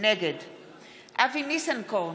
נגד אבי ניסנקורן,